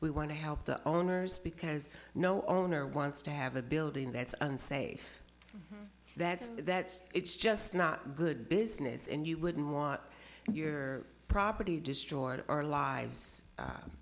we want to help the owners because no owner wants to have a building that's un safe that's that's it's just not good business and you wouldn't want your property destroyed our lives